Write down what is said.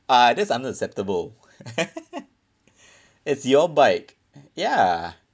ah that's unacceptable it's your bike ya